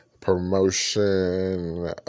promotion